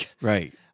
Right